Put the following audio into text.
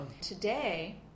Today